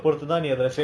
and and